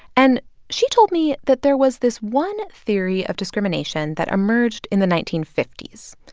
and she told me that there was this one theory of discrimination that emerged in the nineteen fifty s.